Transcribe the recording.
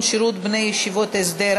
בני ישיבות הסדר),